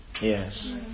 yes